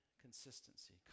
consistency